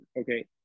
okay